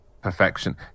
perfection